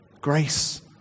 Grace